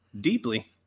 deeply